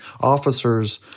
officers